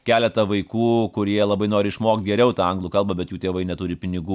keletą vaikų kurie labai nori išmokt geriau tą anglų kalbą bet jų tėvai neturi pinigų